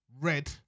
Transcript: red